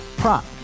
Prop